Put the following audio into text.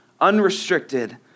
unrestricted